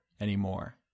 anymore